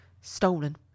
stolen